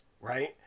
Right